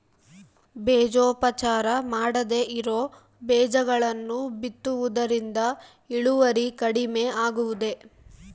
ಬೇಜೋಪಚಾರ ಮಾಡದೇ ಇರೋ ಬೇಜಗಳನ್ನು ಬಿತ್ತುವುದರಿಂದ ಇಳುವರಿ ಕಡಿಮೆ ಆಗುವುದೇ?